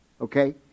Okay